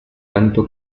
tanto